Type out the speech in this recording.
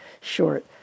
short